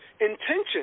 intention